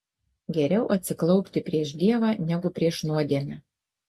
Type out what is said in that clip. geriau atsiklaupti prieš dievą negu prieš nuodėmę